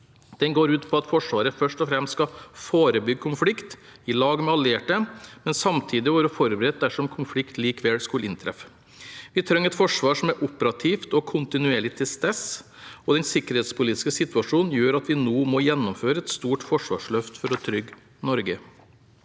Den går ut på at Forsvaret først og fremst skal forebygge konflikt sammen med allierte, men samtidig være forberedt dersom konflikt likevel skulle inntreffe. Vi trenger et forsvar som er operativt og kontinuerlig til stede, og den sikkerhetspolitiske situasjonen gjør at vi nå må gjennomføre et stort forsvarsløft for å trygge Norge.